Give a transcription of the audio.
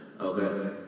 Okay